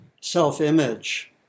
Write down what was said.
self-image